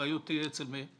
האחריות תהיה אצל מי?